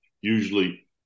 usually